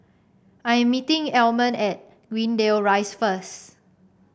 I am meeting Almon at Greendale Rise first